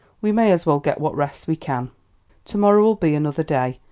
we may as well get what rest we can to-morrow'll be another day,